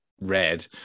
red